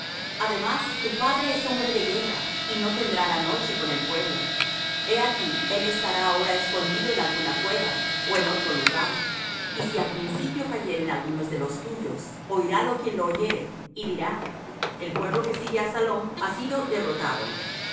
además tu padre es hombre de guerra y no tendrá la noche con el pueblo he aquí él estará ahora escondido en alguna cueva ó en otro lugar y si al principio cayeren algunos de los tuyos oirálo quien lo oyere y dirá el pueblo que sigue á absalom ha sido derrotado